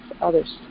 others